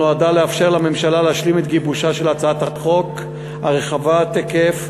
נועדה לאפשר לממשלה להשלים את גיבושה של הצעת חוק רחבת היקף,